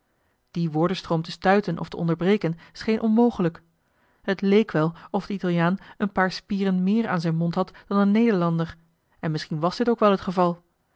dien woordenstroom te stuiten of te onderbreken scheen onmogelijk het leek wel of die italiaan een paar spieren meer aan zijn mond had dan een nederlander en misschien was dit ook wel het geval